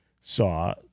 saw